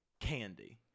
candy